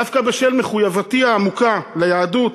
דווקא בשל מחויבותי העמוקה ליהדות,